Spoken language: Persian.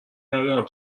ندارم